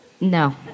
No